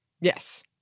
yes